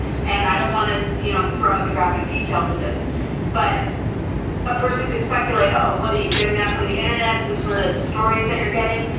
and i don't want to you know throw out the graphic details of this but a person could speculate oh what are you getting that from, the internet, some sort of stories that you're getting,